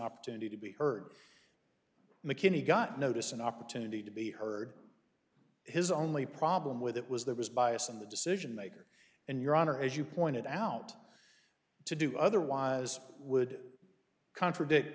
opportunity to be heard mckinney got notice an opportunity to be heard his only problem with it was there was bias in the decision maker and your honor as you pointed out to do otherwise would contradict